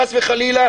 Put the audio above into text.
חס וחלילה,